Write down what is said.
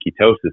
ketosis